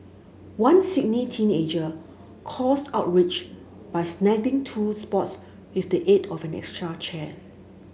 one Sydney teenager caused outrage by snagging two spots with the aid of an extra chair